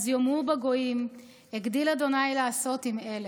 יאמרו בגוים הגדיל ה' לעשות עם אלה.